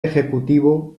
ejecutivo